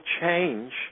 change